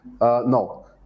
No